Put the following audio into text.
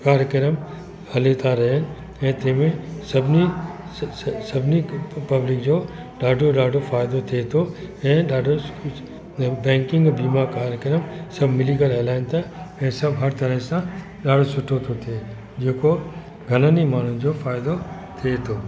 कार्यक्रम हली था रहनि ऐं तंहिंमें सभिनी स स स सभिनी पब्लिक जो ॾाढो ॾाढो फ़ाइदो थिए थो ऐं ॾाढो बैंकिंग ऐं बीमा कार्यक्रम सभु मिली करे हलाइनि था ऐं सभु हर तरह सां ॾाढो सुठो थो थिए जेको घणन ई माण्हुन जो फ़ाइदो थिए थो